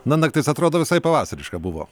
na naktis atrodo visai pavasariška buvo